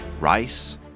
rice